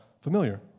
familiar